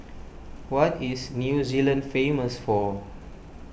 what is New Zealand famous for